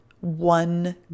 one